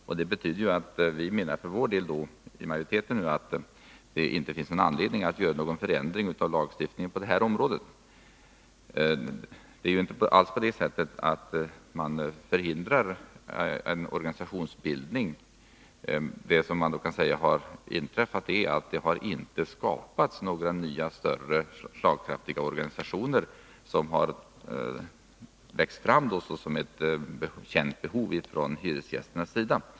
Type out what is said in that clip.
Vi i majoriteten menar att det därför inte finns anledning att göra någon förändring av lagstiftningen på detta område. Det är alltså inte på det sättet att lagstiftningen i fråga förhindrar en organisationsbildning. Det som har inträffat är att det inte har skapats några nya större och mer slagkraftiga organisationer, som har växt fram utifrån ett känt behov hos hyresgästerna.